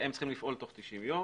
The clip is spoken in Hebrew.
הם צריכים לפעול תוך 90 יום,